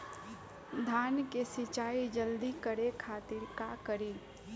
धान के सिंचाई जल्दी करे खातिर का करी?